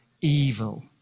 evil